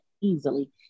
easily